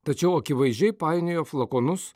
tačiau akivaizdžiai painiojo flakonus